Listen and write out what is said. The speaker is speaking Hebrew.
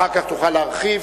אחר כך תוכל להרחיב.